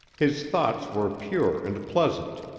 his thoughts were pure and pleasant,